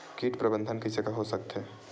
कीट प्रबंधन कइसे हो सकथे?